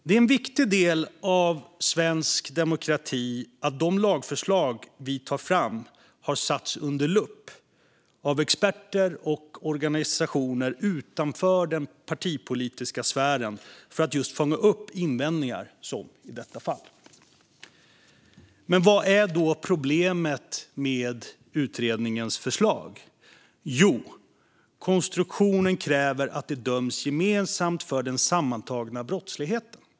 Det är en viktig del av svensk demokrati att de lagförslag vi tar fram har satts under lupp av experter och organisationer utanför den partipolitiska sfären för att just fånga upp invändningar som i detta fall. Men vad är då problemet med utredningens förslag? Jo, konstruktionen kräver att det döms gemensamt för den sammantagna brottsligheten.